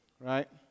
Right